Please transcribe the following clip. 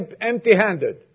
empty-handed